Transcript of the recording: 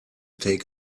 take